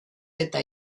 eta